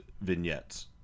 vignettes